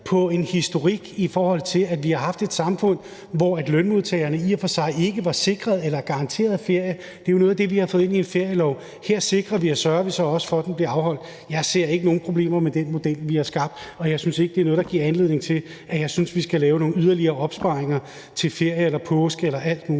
på en historik, i forhold til at vi har haft et samfund, hvor lønmodtagerne i og for sig ikke var sikret eller garanteret ferie. Det er jo noget af det, vi har fået ind i en ferielov. Her sikrer vi og sørger så også for, at den bliver afholdt. Jeg ser ikke nogen problemer med den model, vi har skabt, og jeg synes ikke, at det er noget, der giver anledning til, at vi skal lave nogle yderligere opsparinger til ferie eller påske eller alt muligt